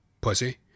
Pussy